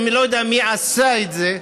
ואני לא יודע מי עשה את זה,